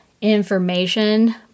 information